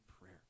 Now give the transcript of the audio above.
prayer